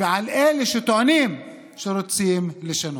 ועל אלה שטוענים שרוצים לשנות.